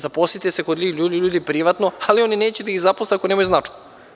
Zaposlite se ljudi privatno, ali oni neće da ih zaposle, ako nemaju značku.